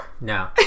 No